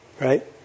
right